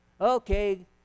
Okay